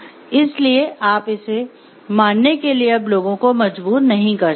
इसलिए आप इसे मानने के लिए अब लोगों को मजबूर नहीं कर सकते